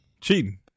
Cheating